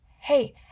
Hey